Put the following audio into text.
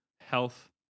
health